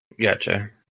gotcha